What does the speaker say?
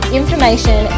information